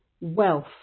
wealth